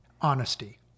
Honesty